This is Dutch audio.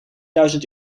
duizend